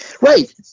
Right